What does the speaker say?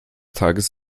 tages